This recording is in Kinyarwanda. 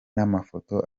n’amafoto